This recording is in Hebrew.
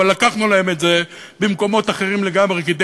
אבל לקחנו להם את זה במקומות אחרים לגמרי כדי